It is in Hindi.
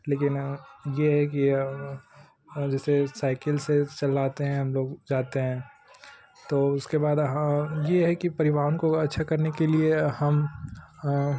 लेकिन यह है कि हाँ जैसे साइकिल से चलाते हैं हमलोग जाते हैं तो उसके बाद हाँ यह है कि परिवहन को अच्छा करने के लिए हम